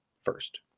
first